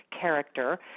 character